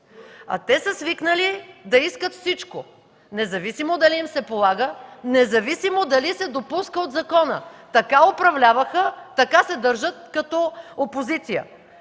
Те са свикнали да искат всичко, независимо дали им се полага, независимо дали се допуска от закона. Така управляваха, така се държат като опозиция.